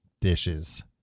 dishes